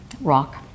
rock